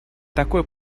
такой